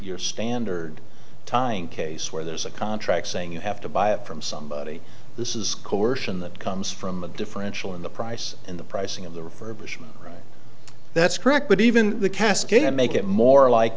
your standard time case where there's a contract saying you have to buy it from somebody this is coercion that comes from a differential in the price and the pricing of them for bush that's correct but even the cascadia make it more like